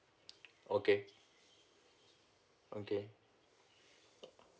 okay okay